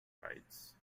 rights